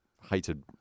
hated